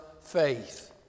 faith